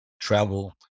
Travel